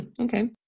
Okay